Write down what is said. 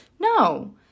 No